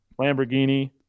Lamborghini